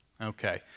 Okay